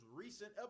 recent